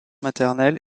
maternelle